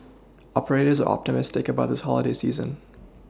operators optimistic about this holiday season